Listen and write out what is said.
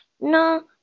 No